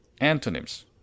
Antonyms